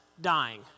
Dying